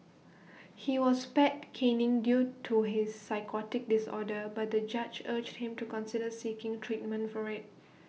he was spared caning due to his psychotic disorder but the judge urged him to consider seeking treatment for IT